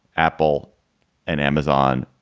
apple and amazon,